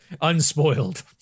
unspoiled